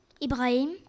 Ibrahim